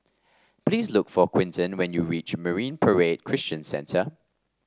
please look for Quinton when you reach Marine Parade Christian Centre